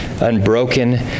unbroken